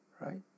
right